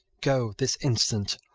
go this instant,